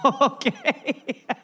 Okay